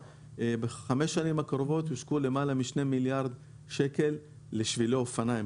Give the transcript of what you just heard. ב-5 השנים הקרובות יושקעו למעלה מ-2 מיליארד שקלים לשבילי אופניים.